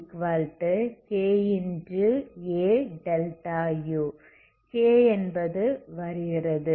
k என்பது வருகிறது